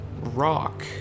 rock